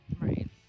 Right